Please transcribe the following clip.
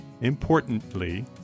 importantly